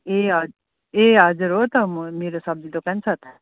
ए हजुर हो त म मेरो सब्जी दोकान छ त